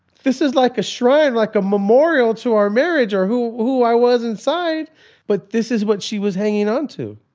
this is like a shrine, like a memorial to our marriage or who who i was inside but this is what she was hanging on to.